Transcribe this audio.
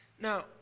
Now